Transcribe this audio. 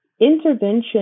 Intervention